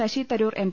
Shashi Tharoor M